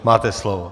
Máte slovo.